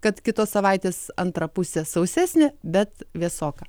kad kitos savaitės antra pusė sausesnė bet vėsoka